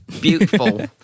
Beautiful